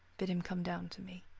bid him come down to me.